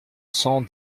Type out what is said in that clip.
cent